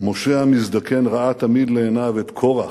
משה המזדקן ראה תמיד לעיניו את קורח,